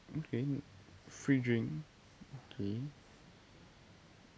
okay free drink okay